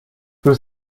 sus